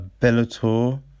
Bellator